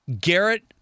Garrett